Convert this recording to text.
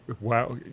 wow